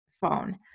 phone